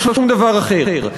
לא שום דבר אחר.